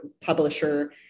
publisher